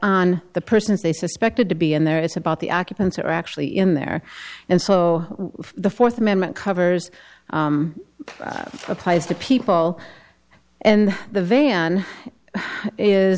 on the persons they suspected to be in there it's about the occupants are actually in there and so the fourth amendment covers applies to people and the van is